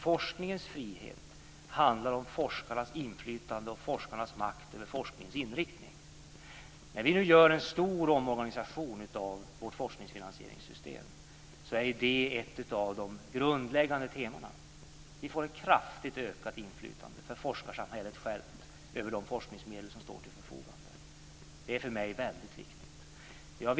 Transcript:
Forskningens frihet handlar om forskarnas inflytande och makt över forskningens inriktning. När vi nu gör en stor omorganisation av vårt forskningsfinansieringssystem är det ett grundläggande tema. Vi får ett kraftigt ökat inflytande för forskarsamhället självt över de forskningsmedel som står till förfogande. Det är för mig väldigt viktigt.